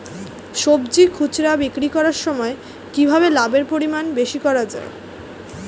সবজি খুচরা বিক্রি করার সময় কিভাবে লাভের পরিমাণ বেশি করা যায়?